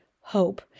hope